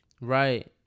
Right